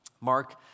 Mark